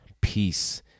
peace